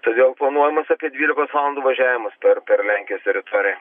todėl planuojamas apie dvylikos valandų važiavimas per per lenkijos teritoriją